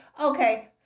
Okay